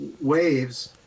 waves